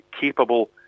capable